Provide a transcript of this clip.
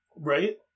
Right